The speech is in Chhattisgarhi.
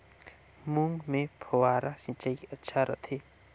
मूंग मे फव्वारा सिंचाई अच्छा रथे?